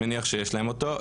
אני מניח שיש להם אותו.